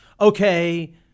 okay